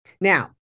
Now